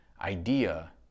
idea